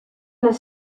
les